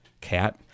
cat